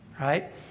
right